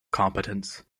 competence